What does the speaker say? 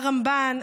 הרמב"ן,